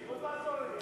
אדוני היושב-ראש,